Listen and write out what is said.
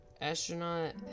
Astronaut